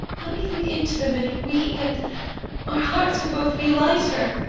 let me look into them and weep, and our hearts will both be lighter.